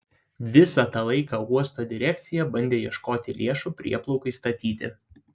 visą tą laiką uosto direkcija bandė ieškoti lėšų prieplaukai statyti